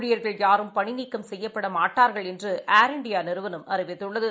உள்ளியர்கள் யாரும் பணிநீக்கம் செய்யப்படமாட்டார்கள் என்றுஏர் இண்டியாநிறுவனம் அறிவித்துள்ளது